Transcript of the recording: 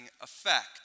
effect